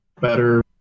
better